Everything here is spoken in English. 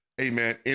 amen